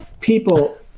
People